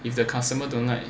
if the customer don't like